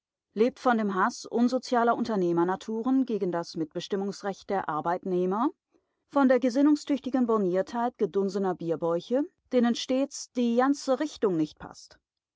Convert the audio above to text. lebt von dem haß unsozialer unternehmernaturen gegen das mitbestimmungsrecht der arbeitnehmer von der gesinnungstüchtigen borniertheit gedunsener bierbäuche denen stets die janze richtung nicht paßt